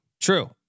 true